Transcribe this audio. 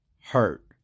hurt